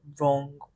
wrong